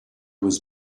was